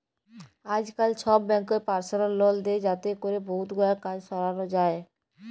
আইজকাল ছব ব্যাংকই পারসলাল লল দেই যাতে ক্যরে বহুত গুলান কাজ সরানো যায়